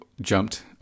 jumped